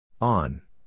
On